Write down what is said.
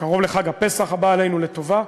קרוב לחג הפסח הבא עלינו לטובה,